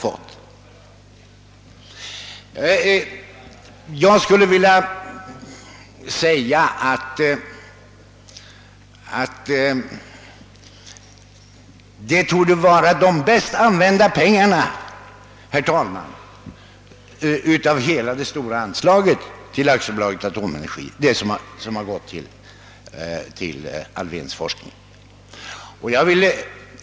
De pengar som gått till Alfvéns forskning torde vara de bäst använda pengarna av hela det stora anslaget till AB Atomenergi.